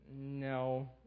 No